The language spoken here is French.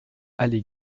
allée